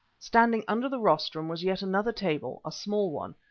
standing under the rostrum was yet another table, a small one,